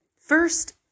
first